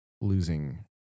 losing